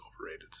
overrated